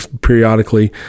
periodically